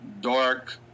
dark